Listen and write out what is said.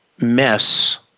Mess